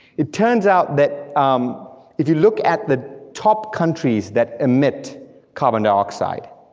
it turns out that um if you look at the top countries that emit carbon dioxide,